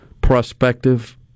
prospective